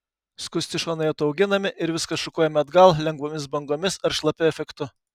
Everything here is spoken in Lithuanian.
skusti šonai atauginami ir viskas šukuojama atgal lengvomis bangomis ar šlapiu efektu